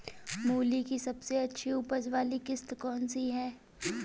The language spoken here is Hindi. मूली की सबसे अच्छी उपज वाली किश्त कौन सी है?